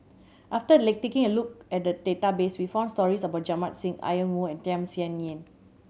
after taking a look at the database we found stories about Jamit Singh Ian Woo and Tham Sien Yen